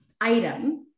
item